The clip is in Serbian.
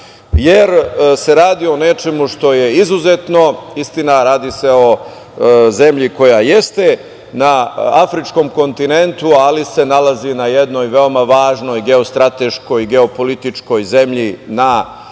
jer se radi o nečemu što je izuzetno. Istina, radi se o zemlji koja jeste na afričkom kontinentu, ali se nalazi na jednoj veoma važnoj geostrateškoj i geopolitičkoj zemlji, na tački